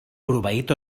proveït